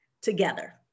together